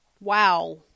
wow